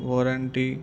warranty